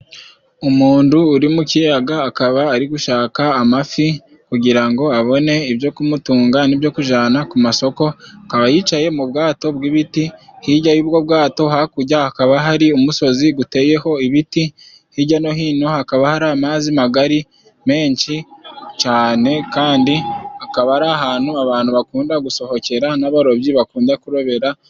Umuntu uri mu kiyaga akaba ari gushaka amafi kugira ngo abone ibyo kumutunga n'ibyo kujana ku masoko, akaba yicaye mu bwato bw'ibiti hijya y'ubwo bwato hakujya hakaba hari umusozi guteyeho ibiti, hijya no hino hakaba hari amazi magari menshi cane kandi akaba ari ahantu abantu bakunda gusohokera n'abarobyi bakunda kurobera.